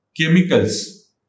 chemicals